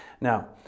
Now